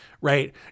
right